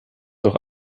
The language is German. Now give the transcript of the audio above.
doch